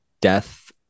death